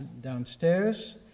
downstairs